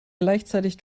gleichzeitig